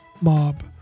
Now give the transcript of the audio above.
mob